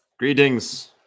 Greetings